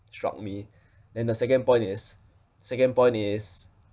struck me then the second point is second point is